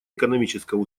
экономического